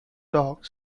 dark